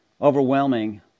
overwhelming